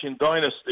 Dynasty